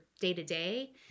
day-to-day